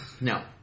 No